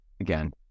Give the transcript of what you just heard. again